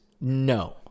no